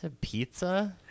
Pizza